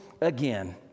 again